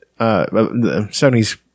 Sony's